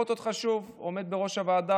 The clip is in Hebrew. ואני הייתי רוצה לראות אותך שוב עומד בראש הועדה,